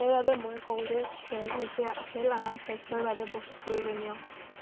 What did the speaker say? সেইবাবে মই কওঁ যে খেল হৈছে খেল আমাৰ স্বাস্থ্যৰ বাবে বহুত প্ৰয়োজনীয়